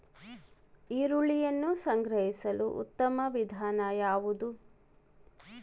ಈರುಳ್ಳಿಯನ್ನು ಸಂಗ್ರಹಿಸಲು ಉತ್ತಮ ವಿಧಾನ ಯಾವುದು?